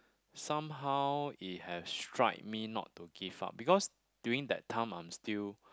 somehow it has strike me not to give up because during that time I'm still